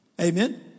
Amen